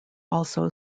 also